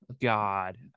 god